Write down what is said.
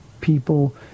people